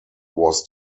was